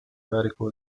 radical